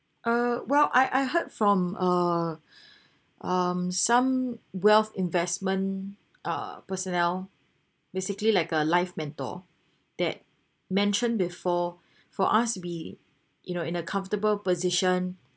uh well I I heard from uh um some wealth investment uh personnel basically like a live mentor that mentioned before for us be you know in a comfortable position